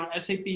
SAP